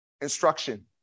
instruction